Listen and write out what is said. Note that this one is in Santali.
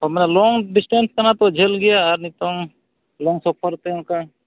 ᱢᱟᱱᱮ ᱞᱚᱝ ᱰᱤᱥᱴᱮᱱᱥ ᱠᱟᱱᱟᱛᱚ ᱡᱷᱟᱹᱞ ᱜᱮᱭᱟ ᱟᱨ ᱱᱤᱛᱚᱝ ᱞᱚᱝ ᱥᱚᱯᱷᱚᱨᱛᱮ ᱚᱱᱠᱟ